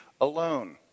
alone